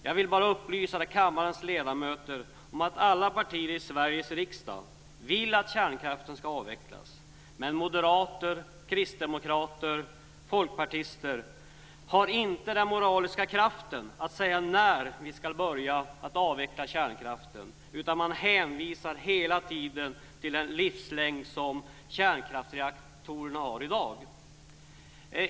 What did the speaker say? Jag vill upplysa kammarens ledamöter om att alla partier i Sveriges riksdag vill att kärnkraften ska avvecklas, men moderater, kristdemokrater och folkpartister har inte den moraliska kraften att säga när vi ska börja avveckla kärnkraften. Man hänvisar hela tiden till den livslängd som kärnkraftsreaktorerna har i dag.